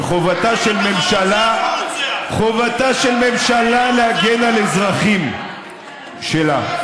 וחובתה של ממשלה להגן על אזרחים שלה,